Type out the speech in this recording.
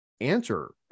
answer